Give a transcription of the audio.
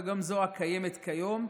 וגם זו הקיימת כיום,